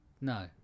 no